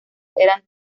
eran